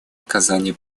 оказания